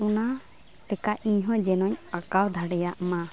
ᱚᱱᱟ ᱴᱮᱠᱟ ᱤᱧᱦᱚᱸ ᱡᱮᱱᱚᱧ ᱟᱠᱟᱣ ᱫᱷᱟᱲᱮᱭᱟᱜ ᱢᱟ